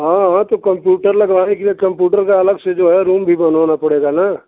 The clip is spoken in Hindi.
हाँ हाँ तो कम्प्यूटर लगवाने के लिए कम्प्यूटर का अलग से जो है रूम भी बनवाना पड़ेगा ना